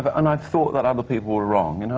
but and i've thought that other people were wrong, and